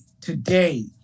today